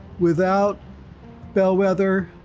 without bellwether,